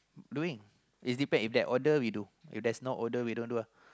doing is depend if that order we do if there's no order we don't do ah